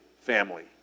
family